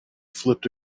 flipped